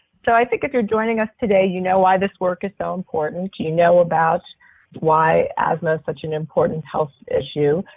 so i think if you're joining us today, you know why this work is so important. you you know about why asthma is such an important health issue,